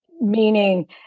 meaning